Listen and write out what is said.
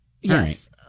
Yes